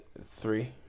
three